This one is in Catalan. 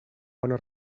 bona